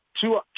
two